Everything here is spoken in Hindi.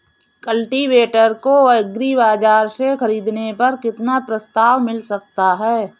कल्टीवेटर को एग्री बाजार से ख़रीदने पर कितना प्रस्ताव मिल सकता है?